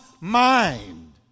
mind